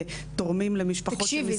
תורמים למשפחות שנזקקות --- תקשיבי,